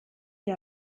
ihr